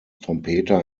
trompeter